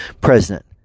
president